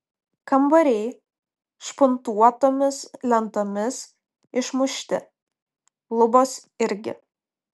kambariai špuntuotomis lentomis išmušti lubos irgi